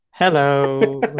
Hello